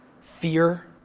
fear